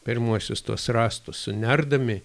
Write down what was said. pirmuosius tuos rąstus sunerdami